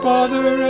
Father